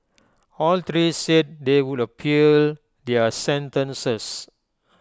all three said they would appeal their sentences